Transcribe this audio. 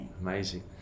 Amazing